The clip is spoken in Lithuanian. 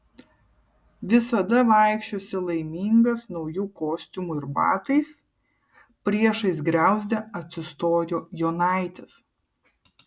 visada vaikščiosi laimingas nauju kostiumu ir batais priešais griauzdę atsistojo jonaitis